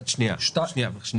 בערך.